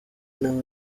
nawe